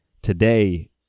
Today